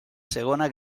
segona